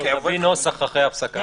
נביא נוסח אחרי ההפסקה.